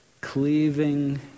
cleaving